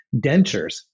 dentures